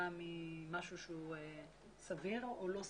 כתוצאה ממשהו שהוא סביר או לא סביר.